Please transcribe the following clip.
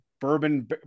Bourbon